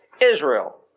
Israel